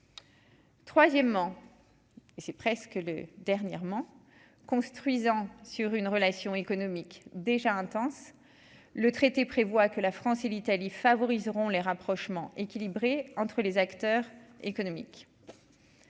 Troisièmement, et c'est presque le dernièrement construisant sur une relation économiques déjà intenses, le traité prévoit que la France et l'Italie favoriseront les rapprochements équilibré entre les acteurs économiques.